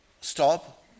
stop